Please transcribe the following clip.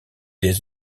des